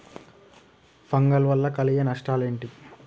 Fungal వల్ల కలిగే నష్టలేంటి?